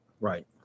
Right